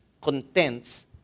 contents